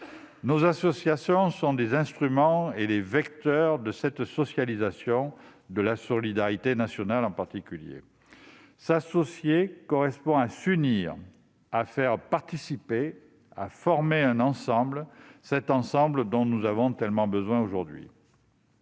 Nos associations sont les instruments et les vecteurs de cette socialisation, en particulier de la solidarité nationale. S'associer correspond à s'unir, à faire participer, à former un ensemble, cet ensemble dont nous avons tellement besoin aujourd'hui.